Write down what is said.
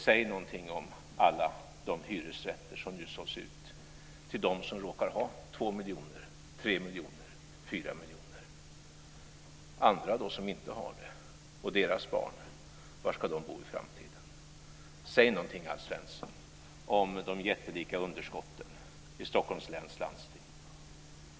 Säg någonting om alla de hyresrätter som nu har sålts ut till dem som råkar ha en, två, tre eller fyra miljoner! Andra, som inte har det, och deras barn - var ska de bo i framtiden? Säg någonting, Alf Svensson, om de jättelika underskotten i Stockholm läns landsting!